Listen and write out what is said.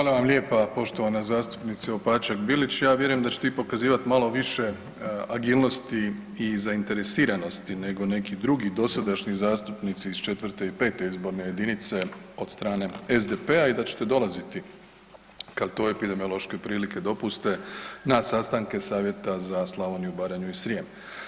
Hvala vam lijepa poštovana zastupnice Opačak Bilić, ja vjerujem da ćete vi pokazivati malo više agilnosti i zainteresiranosti neko neki drugi dosadašnji zastupnici iz 4. i 5. izborne jedinice od strane SDP-a i da ćete dolaziti kad to epidemiološke prilike dopuste na sastanke savjeta za Slavoniju, Baranju i Srijem.